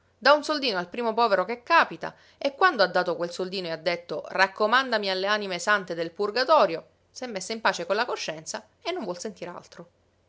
dà un soldino al primo povero che capita e quando ha dato quel soldino e ha detto raccomandami alle anime sante del purgatorio s'è messa in pace con la coscienza e non vuol sentire altro